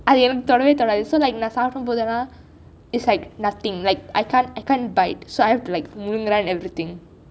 !aiyo! tamil சொல்லாதே:sollathey because like நான் சாப்பிடும் பொழுது தான்:naan sapiddum pozhuthu thaan is like nothing so I cant I cant bite so I have to முழுங்குறான்:muzhunguraan everything